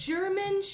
German